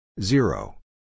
Zero